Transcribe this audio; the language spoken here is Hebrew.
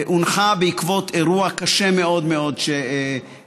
הונחה בעקבות אירוע קשה מאוד מאוד שאירע,